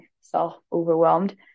self-overwhelmed